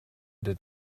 did